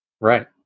Right